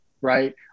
right